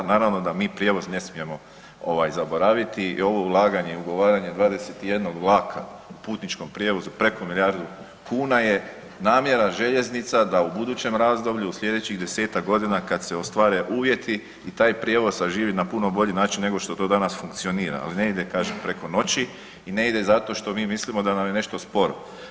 Naravno da mi prijevoz ne smijemo zaboraviti i ovo ulaganje i ugovaranje 21 vlaka u putničkom prijevozu preko milijardu kuna je namjera željeznica da u budućem razdoblju u sljedećih desetak godina kada se ostvare uvjeti i taj prijevoz saživi na puno bolji način nego što to danas funkcionira, ali ne ide kažem preko noći i ne ide zato što mi mislimo da nam je nešto sporo.